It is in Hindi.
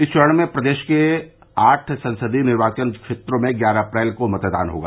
इस चरण में प्रदेश के आठ संसदीय निर्वाचन क्षेत्रों में ग्यारह अप्रैल को मतदान होगा